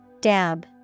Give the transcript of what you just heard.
Dab